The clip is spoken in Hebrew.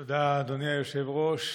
תודה, אדוני היושב-ראש.